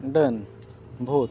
ᱰᱟᱹᱱ ᱵᱷᱩᱛ